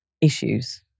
issues